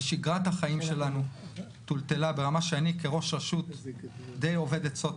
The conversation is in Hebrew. ושגרת החיים שלנו טולטלה ברמה שאני כראש רשות די אובד עצות".